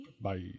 Bye